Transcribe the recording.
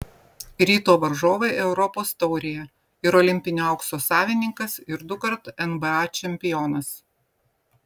ryto varžovai europos taurėje ir olimpinio aukso savininkas ir dukart nba čempionas